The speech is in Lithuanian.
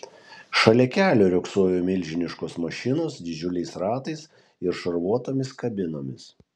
šalia kelio riogsojo milžiniškos mašinos didžiuliais ratais ir šarvuotomis kabinomis